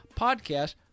podcast